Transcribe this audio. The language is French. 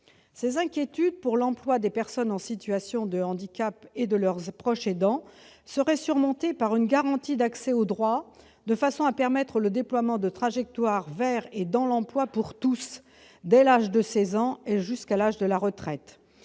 Ces inquiétudes pour l'emploi des personnes en situation de handicap et de leurs proches aidants seraient surmontées par une garantie d'accès au droit de façon à permettre le déploiement de trajectoires vers et dans l'emploi pour tous, dès l'âge de seize ans et jusqu'à l'âge de la retraite,